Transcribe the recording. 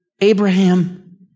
Abraham